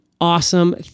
Awesome